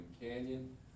Canyon